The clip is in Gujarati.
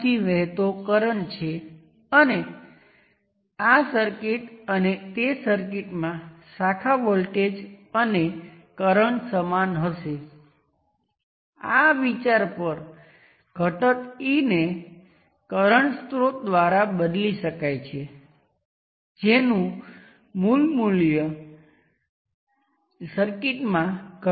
તેથી અહીં વહેતો કરંટ બીજું કશું નથી તે કરંટ જે IN - VL ને RN દ્વારા ડિવાઇડ કરવામાં આવે છે આ સારું છે